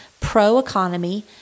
pro-economy